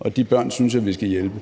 Og de børn synes jeg vi skal hjælpe.